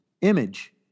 Image